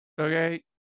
okay